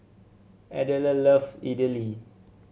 Adelard love Idili